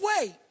wait